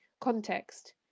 context